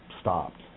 stopped